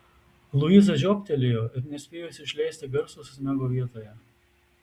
luiza žiobtelėjo ir nespėjusi išleisti garso susmego vietoje